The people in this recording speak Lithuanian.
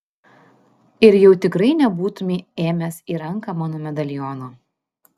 ir jau tikrai nebūtumei ėmęs į ranką mano medaliono